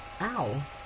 Ow